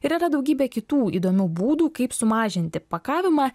ir yra daugybė kitų įdomių būdų kaip sumažinti pakavimą